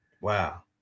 Wow